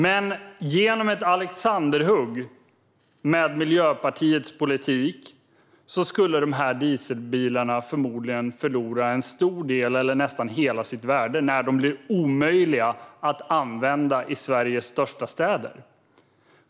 Men genom ett alexanderhugg med Miljöpartiets politik skulle de här dieselbilarna förmodligen förlora en stor del av eller nästan hela sitt värde i och med att de blir omöjliga att använda i Sveriges största städer.